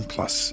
Plus